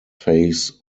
phase